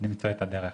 נמצא את הדרך.